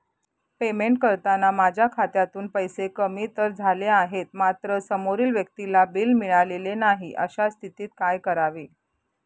Payment करताना माझ्या खात्यातून पैसे कमी तर झाले आहेत मात्र समोरील व्यक्तीला बिल मिळालेले नाही, अशा स्थितीत काय करावे?